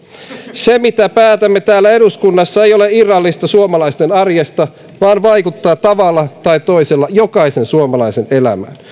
se mitä päätämme täällä eduskunnassa ei ole irrallista suomalaisten arjesta vaan vaikuttaa tavalla tai toisella jokaisen suomalaisen elämään